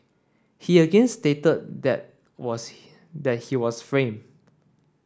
he again stated that was he that he was framed